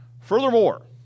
furthermore